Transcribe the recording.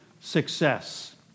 success